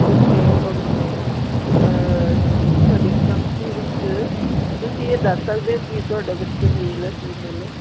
okay okay ਸਾਡੀ company ਵਿੱਚ ਤੁਸੀਂ ਇਹ ਦੱਸ ਸਕਦੇ ਹੋ ਕਿ ਤੁਹਾਡਾ ਬੱਚਾ ਮੇਲ ਹੈ ਫੀਮੇਲ ਹੈ